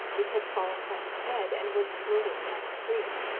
which had fallen from his head, and was floating down the stream.